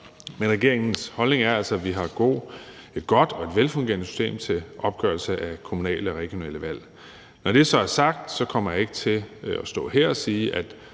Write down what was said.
Men regeringens holdning er altså, at vi har et godt og velfungerende system til opgørelse af kommunale og regionale valg. Når det så er sagt, kommer jeg ikke til at stå her og sige,